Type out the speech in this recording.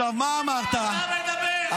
אתה מדבר?